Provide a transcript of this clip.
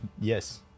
Yes